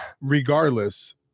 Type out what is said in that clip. regardless